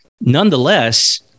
nonetheless